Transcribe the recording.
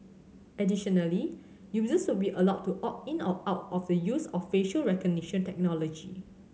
additionally users will be allowed to opt in or out of the use of facial recognition technology